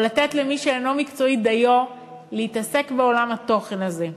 או לתת למי שאינו מקצועי דיו להתעסק בעולם התוכן הזה.